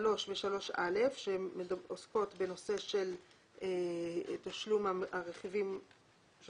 3 ו3א עוסקות בנושא של תשלום הרכיבים של